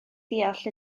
ddeall